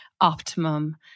optimum